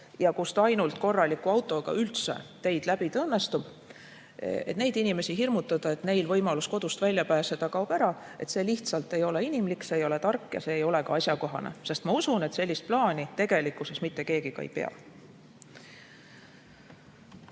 ja kus ainult korraliku autoga üldse teid läbida õnnestub, neid inimesi hirmutada, et neil võimalus kodust välja pääseda kaob ära, see lihtsalt ei ole inimlik. See ei ole tark. See ei ole ka asjakohane, sest ma usun, et sellist plaani tegelikkuses mitte keegi ei pea.